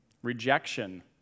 Rejection